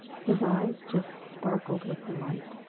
his eyes just sparkled with delight.